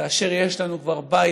כאשר יש לנו כבר בית,